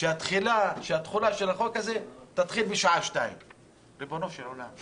שהתחולה של החוק הזה תתחיל בשעה 14:00. ריבונו של עולם,